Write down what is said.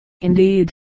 indeed